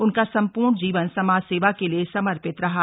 उनका सम्पूर्ण जीवन समाज सेवा के लिये समर्पित रहा है